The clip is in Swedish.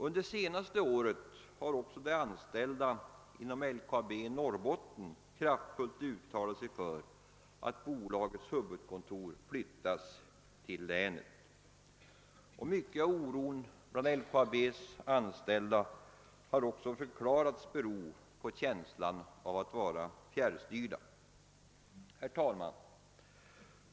Under det senaste året har också de anställda inom LKAB i Norrbotten kraftfullt uttalat sig för att bolagets huvudkontor flyttas till deras hemlän. Mycket av oron bland LKAB:s anställda har förklarats bero på känslan hos dem av att vara fjärrstyrda. Herr talman!